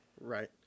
Right